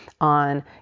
on